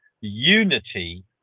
unity